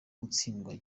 gutsindwa